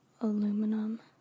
aluminum